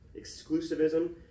exclusivism